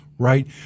right